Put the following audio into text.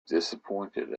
disappointed